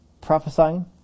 prophesying